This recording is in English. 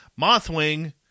Mothwing